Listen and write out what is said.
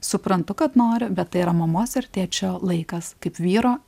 suprantu kad nori bet tai yra mamos ir tėčio laikas kaip vyro